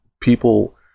people